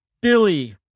Billy